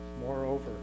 Moreover